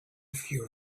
fear